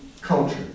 culture